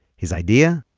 his idea?